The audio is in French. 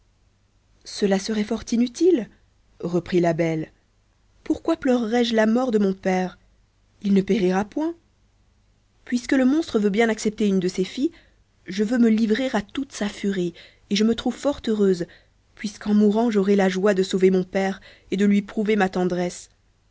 cela serait fort inutile reprit la belle pourquoi pleurerais je la mort de mon père il ne périra point puisque le monstre veut bien accepter une de ses filles je veux me livrer à toute sa furie et je me trouve fort heureuse puisqu'en mourant j'aurai la joie de sauver mon père et de lui prouver ma tendresse